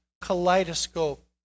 kaleidoscope